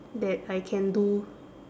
that I can do